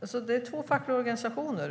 Det är alltså fråga om två fackliga organisationer.